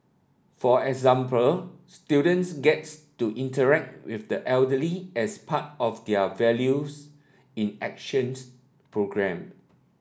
for example students gets to interact with the elderly as part of their Values in Actions programme